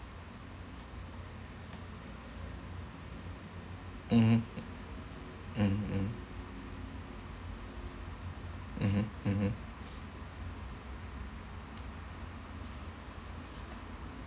mmhmm mm mm mmhmm mmhmm